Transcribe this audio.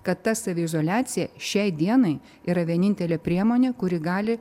kad ta saviizoliacija šiai dienai yra vienintelė priemonė kuri gali